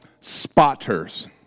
spotters